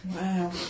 Wow